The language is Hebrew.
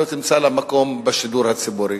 לא תמצא לה מקום בשידור הציבורי.